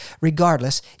regardless